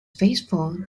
faithful